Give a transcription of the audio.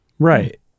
Right